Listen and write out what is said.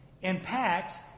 impacts